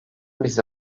bize